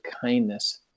kindness